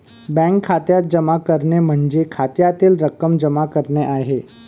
bank खात्यात जमा करणे म्हणजे खात्यातील रक्कम जमा करणे आहे